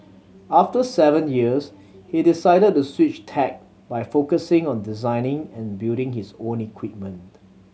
after seven years he decided to switch tack by focusing on designing and building his own equipment